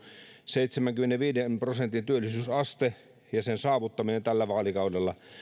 seitsemänkymmenenviiden prosentin työllisyysaste ja sen saavuttaminen tällä vaalikaudella